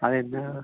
അത് എന്താ